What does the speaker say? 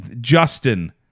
Justin